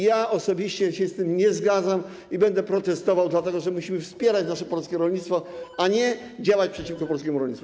Ja osobiście się z tym nie zgadzam i będę protestował, dlatego że musimy wspierać nasze polskie rolnictwo, a nie działać przeciwko polskiemu rolnictwu.